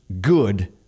good